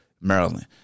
Maryland